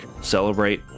celebrate